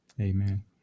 Amen